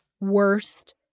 worst